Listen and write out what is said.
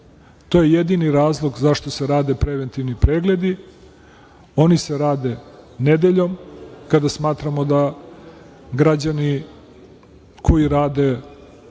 To je jedini razlog zašto se rade preventivni pregledi. Oni se rade nedeljom, kada smatramo da građani koji rade